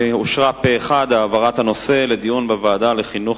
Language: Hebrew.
ואושרה פה-אחד העברת הנושא לדיון בוועדת החינוך,